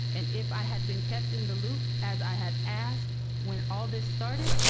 and if i had been kept in the loop as i had asked when all this started,